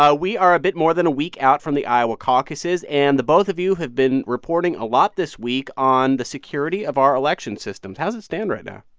we are a bit more than a week out from the iowa caucuses, and the both of you have been reporting a lot this week on the security of our election systems. how's it stand right now?